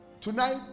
tonight